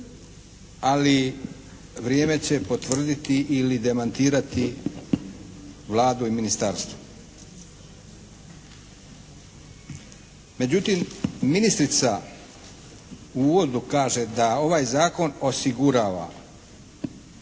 ali vrijeme će potvrditi ili demantirati Vladu i Ministarstvo. Međutim ministrica u uvodu kaže da ovaj zakon osigurava